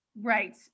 Right